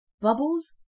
Bubbles